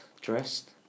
dressed